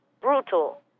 brutal